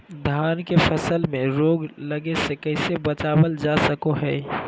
धान के फसल में रोग लगे से कैसे बचाबल जा सको हय?